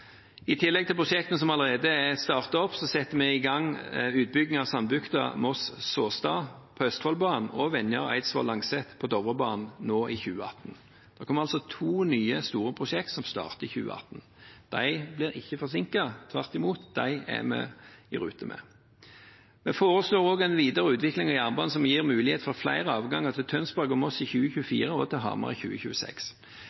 I tillegg til prosjektene som allerede er startet opp, setter vi i gang utbygging av Sandbukta–Moss–Såstad på Østfoldbanen og Venjar–Eidsvoll–Langset på Dovrebanen nå i 2018. Det kommer altså to nye store prosjekt med start i 2018. De blir ikke forsinket. Tvert imot, de er vi i rute med. Vi foreslår også en videre utvikling av jernbanen som gir mulighet for flere avganger til Tønsberg og Moss i